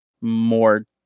more